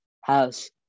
house